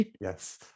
yes